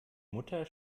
mutter